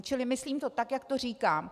Čili myslím to tak, jak to říkám.